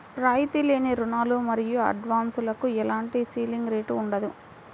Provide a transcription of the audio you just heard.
రాయితీ లేని రుణాలు మరియు అడ్వాన్సులకు ఎలాంటి సీలింగ్ రేటు ఉండదు